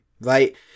right